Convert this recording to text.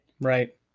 right